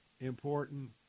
important